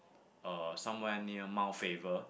uh somewhere near Mount-Faber